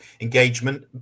engagement